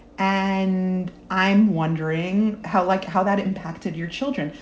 and i'm wondering how like how that impacted your children.